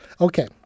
okay